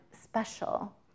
special